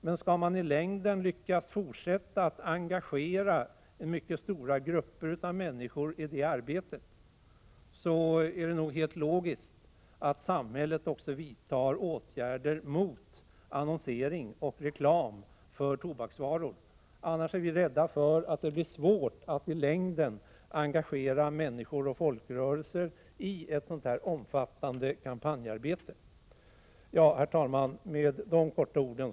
Men om man i fortsättningen skall lyckas engagera stora grupper av människor i arbetet, är det logiskt att samhället vidtar åtgärder mot annonsering och reklam för tobaksvaror. Vi är rädda för att det annars blir svårt att i längden engagera människor och folkrörelser i ett sådant omfattande kampanjarbete. Detta har varit ett av de tyngst vägande skälen för utskottsmajoriteten. Herr talman!